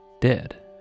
dead